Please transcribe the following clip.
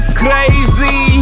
crazy